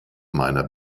meiner